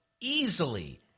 easily